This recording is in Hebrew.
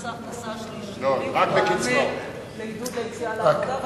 ההכנסה השלילי מטעמי עידוד יציאה לעבודה,